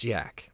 Jack